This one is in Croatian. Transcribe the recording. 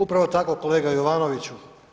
Upravo tako kolega Jovanoviću.